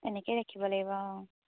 এনেকৈয়ে ৰাখিব লাগিব অঁ